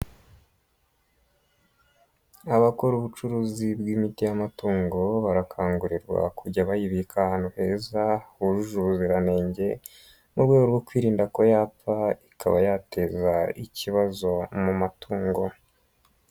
Abakora ubucuruzi bw'imiti y'amatungo barakangurirwa kujya bayibika ahantu heza, hujuje ubuziranenge mu rwego rwo kwirinda ko yapfa, ikaba yateza ikibazo mu matungo.